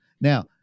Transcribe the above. now